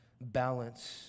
balance